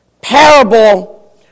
parable